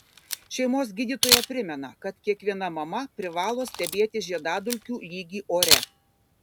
šeimos gydytoja primena kad kiekviena mama privalo stebėti žiedadulkių lygį ore